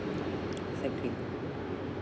exactly